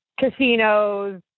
casinos